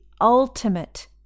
ultimate